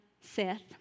Seth